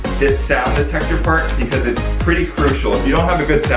this sound detector part, because it's pretty crucial. if you don't have a good